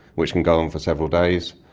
which can go on for several days,